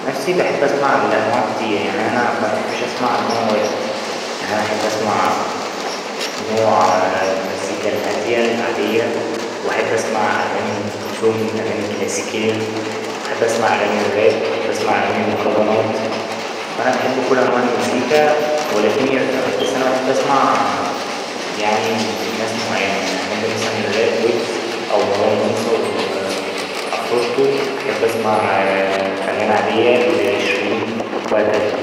عن نفسي بحب أسمع لأنواع كتير يعني أنا مبحبش أسمع لنوع واحد يعني أنا بحب أسمع نوع مزيكا الهادية العادية وأحب أسمع أغاني أم كلثوم أغاني كلاسيكية وأحب أسمع أغاني الراب وأحب أسمع أغاني المهرجانات فا أنا بحب كل أنواع المزيكا بس أنا بحب أسمع يعني لناس معينة يعني أحب مثلا الراب ويجز أو مروان موسى و عفروتو أحب اسمع أغاني عادية لشيرين وهكذا يعني.